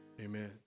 amen